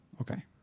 Okay